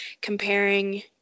comparing